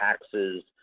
taxes